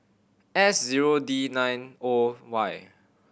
S zero D nine O Y